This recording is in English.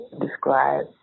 describe